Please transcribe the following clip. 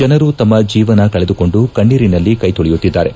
ಜನರು ತಮ್ಮ ಜೀವನ ಕಳೆದುಕೊಂಡು ಕಣ್ಣೀರಿನಲ್ಲಿ ಕೈ ತೊಳೆಯುತ್ತಿದ್ದಾರೆ